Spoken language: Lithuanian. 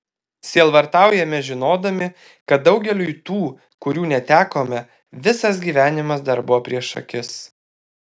sielvartaujame žinodami kad daugeliui tų kurių netekome visas gyvenimas dar buvo prieš akis